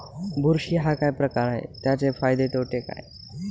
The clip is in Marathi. बुरशी हा काय प्रकार आहे, त्याचे फायदे तोटे काय?